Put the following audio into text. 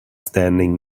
standing